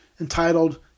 entitled